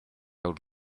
old